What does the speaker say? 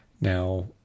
Now